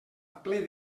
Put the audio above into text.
ple